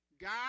God